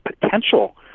potential